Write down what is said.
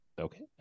Okay